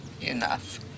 enough